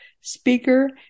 speaker